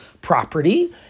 property